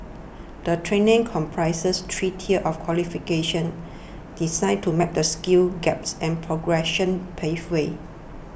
the training comprises three tiers of qualifications designed to map the skills gaps and progression pathways